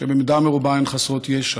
שבמידה מרובה הן חסרות ישע: